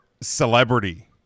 celebrity